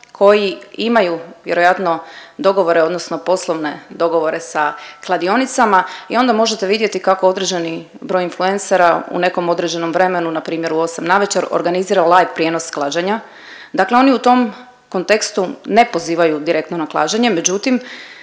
koji imaju vjerojatno dogovore odnosno poslovne dogovore sa kladionicama i onda možete vidjeti kako određeni broj influencera u nekom određenom vremenu npr. u 8 navečer organizira …/Govornik se ne razumije./… prijenos klađenja, dakle oni u tom kontekstu ne pozivaju direktno na klađenje, međutim